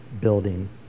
building